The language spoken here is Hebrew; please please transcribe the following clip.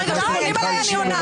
פונים אליי אני עונה.